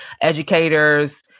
educators